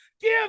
give